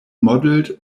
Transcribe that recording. modeled